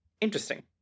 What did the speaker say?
Interesting